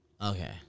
Okay